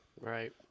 Right